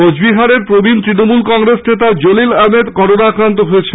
কোচবিহারের প্রবীণ তৃণমূল কংগ্রেস নেতা জলিল আহমেদ করোনা আক্রান্ত হয়েছেন